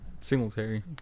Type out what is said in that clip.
Singletary